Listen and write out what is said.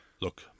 Look